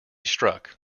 struck